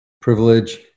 privilege